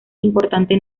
importante